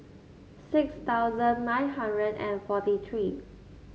six thousand nine hundred and forty three